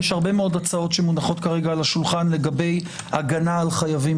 יש הרבה מאוד הצעות שמונחות על כרגע על השולחן לגבי הגנה על חייבים: